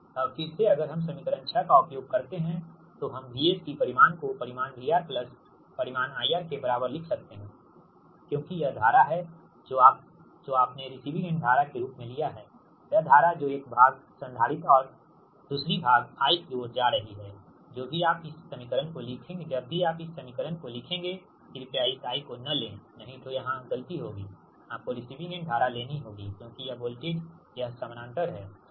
अब फिर से अगर हम समीकरण 6 का उपयोग करते हैं तो हम VS की परिमाण को परिमाण VR प्लस परिमाण IR के बराबर लिख सकते है क्योंकि यह धारा है जो आपने रिसीविंग एंड धारा के रूप में लिया है यह धारा जो एक भाग संधारित्र और दूसरी भाग I की ओर जा रही हैजो भी आप इस समीकरण को लिखेंगे कृपया इस I को न लें नही तो यहाँ गलती होगी आपको रिसीविंग एंड धारा लेनी होगी क्योंकि वोल्टेज यह समानांतर है